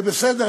בסדר.